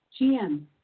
GM